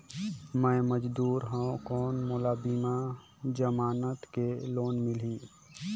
मे मजदूर हवं कौन मोला बिना जमानत के लोन मिलही?